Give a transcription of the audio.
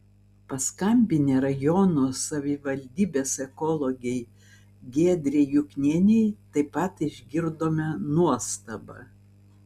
paskambinę rajono savivaldybės ekologei giedrei juknienei taip pat išgirdome nuostabą